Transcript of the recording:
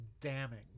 damning